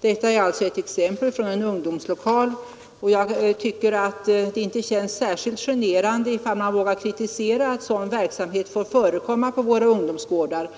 Detta är alltså ett exempel från en ungdomslokal, och jag tycker inte det känns särskilt generande att våga kritisera att sådan verksamhet får förekomma på våra ungdomsgårdar.